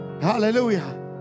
Hallelujah